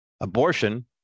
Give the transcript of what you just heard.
Abortion